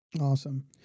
Awesome